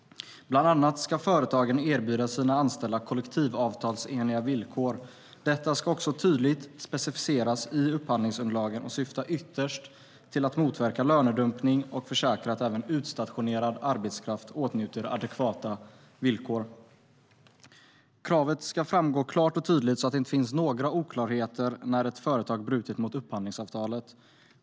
Bland annat ska företagen erbjuda sina anställda kollektivsavtalsenliga villkor. Detta ska också tydligt specificeras i upphandlingsunderlagen och syftar ytterst till att motverka lönedumpning och försäkra att även utstationerad arbetskraft åtnjuter adekvata villkor. Kravet ska framgå klart och tydligt, så att det inte finns några oklarheter när ett företag brutit mot upphandlingsavtalet.